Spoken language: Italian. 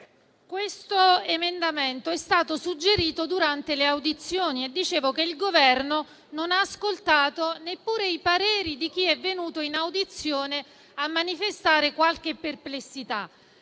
Tale emendamento è stato suggerito durante le audizioni e, come dicevo, il Governo non ha ascoltato neppure i pareri di chi è venuto in audizione a manifestare qualche perplessità.